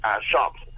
shops